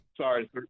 sorry